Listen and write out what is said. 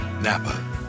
Napa